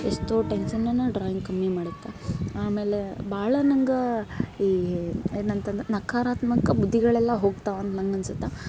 ಎಷ್ಟೋ ಟೆನ್ಶನನ್ನ ಡ್ರಾಯಿಂಗ್ ಕಮ್ಮಿ ಮಾಡತ್ತೆ ಆಮೇಲೆ ಭಾಳ ನಂಗೆ ಈ ಏನಂತಂದು ನಕಾರಾತ್ಮಕ ಬುದ್ಧಿಗಳೆಲ್ಲ ಹೋಗ್ತಾವೆ ಅಂದು ನನ್ಗ ಅನ್ಸತ್ತೆ